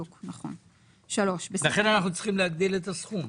את הסכום.